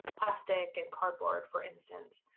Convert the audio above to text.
plastic and cardboard, for instance,